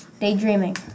daydreaming